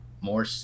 more